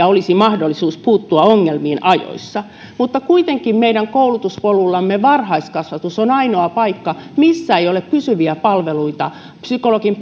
olisi mahdollisuus puuttua ongelmiin ajoissa mutta kuitenkin meidän koulutuspolullamme varhaiskasvatus on ainoa paikka missä ei ole pysyviä psykologin